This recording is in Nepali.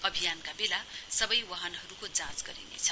अभियानका बेला सवै वाहनहरुको जाँच गरिनेछ